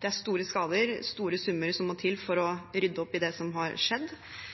Det er store skader, og store summer som må til for å rydde opp i det som har skjedd.